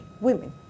women